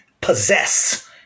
possess